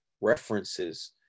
references